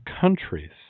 countries